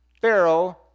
Pharaoh